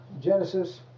Genesis